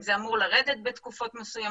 האם זה אמור לרדת בתקופות מסוימות?